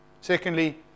Secondly